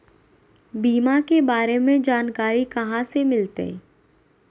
बीमा के बारे में जानकारी कहा से मिलते?